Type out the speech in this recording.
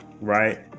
right